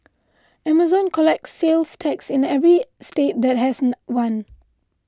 amazon collects sales tax in every state that has one